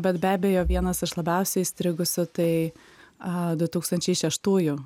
bet be abejo vienas iš labiausiai įstrigusių tai a du tūkstančiai šeštųjų